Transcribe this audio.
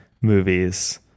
movies